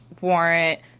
warrant